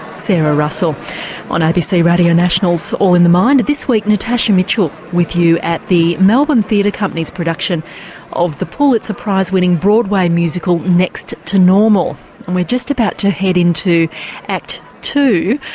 sarah russell on abc radio national's all in the mind this week, natasha mitchell with you at the melbourne theatre company's production of the pulitzer prize winning broadway musical next to normal, and we're just about to head into act two,